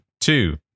Two